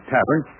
Tavern